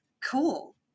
cool